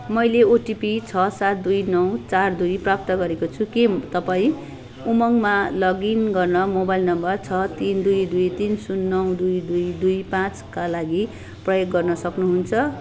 मैले ओटिपी छ सात दुई नौ चार दुई प्राप्त गरेको छु के तपाईँ उमङ्गमा लगइन गर्न मोबाइल नम्बर छ तिन दुई दुई तिन शून्न दुई दुई दुई पाँचका लागि प्रयोग गर्न सक्नुहुन्छ